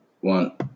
one